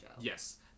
yes